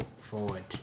forward